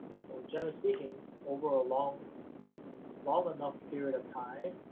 so, generally speaking, over a long long enough period of time,